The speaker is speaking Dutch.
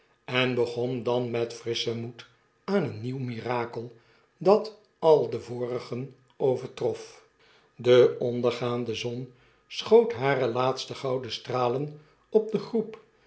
en begon dan met frisschen moed aan een nieuw mirakel dat al de vorigen overtrof de ondergaande zon schoot hare laatste gouden stralen op de groep